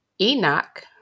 Enoch